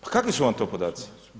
Pa kakvi su vam to podaci?